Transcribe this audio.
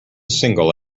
single